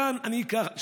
כאן אני שואל,